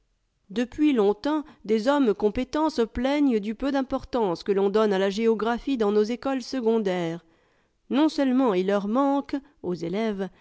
depuis longtemps des hommes compétents se plaignent du peu d'importance que l'on donne à la géographie dans nos ecoles secondaires non seulement il leur manque aux